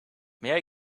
may